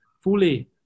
fully